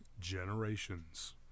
Generations